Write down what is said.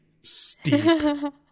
steep